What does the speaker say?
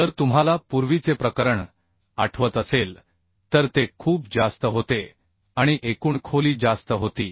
जर तुम्हाला पूर्वीचे प्रकरण आठवत असेल तर ते खूप जास्त होते आणि एकूण खोली जास्त होती